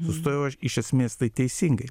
sustojau aš iš esmės tai teisingai